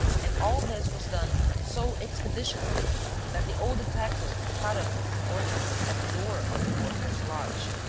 and all this was done so expeditiously that the old detective caught up his subordinates at the door of the porter's lodge.